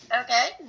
Okay